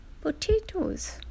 potatoes